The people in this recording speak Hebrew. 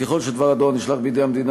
ככל שדבר הדואר נשלח בידי המדינה